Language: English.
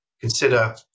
consider